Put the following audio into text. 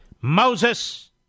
Moses